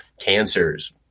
cancers